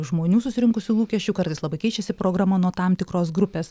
žmonių susirinkusių lūkesčių kartais labai keičiasi programa nuo tam tikros grupės